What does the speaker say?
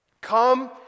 Come